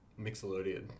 Mixolydian